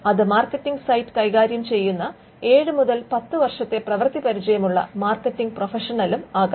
അത് marketing site കൈകാര്യം ചെയ്യുന്ന ഏഴ് മുതൽ പത്ത് വർഷത്തെ പ്രവൃത്തി പരിചയമുള്ള മാർക്കറ്റിംഗ് പ്രൊഫഷണലുമാകാം